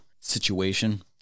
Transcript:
situation